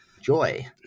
joy